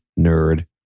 nerd